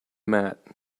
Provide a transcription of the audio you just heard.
mat